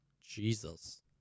Jesus